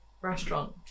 restaurant